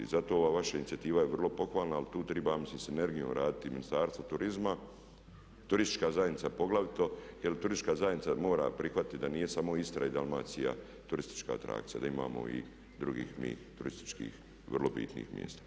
I zato je ova vaša inicijativa vrlo pohvalna ali tu treba sa sinergijom raditi i Ministarstvo turizma, turistička zajednica poglavito jer turistička zajednica mora prihvatiti da nije samo Istra i Dalmacija turistička situacija, da imamo i drugih mi turističkih vrlo bitnih mjesta.